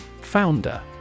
Founder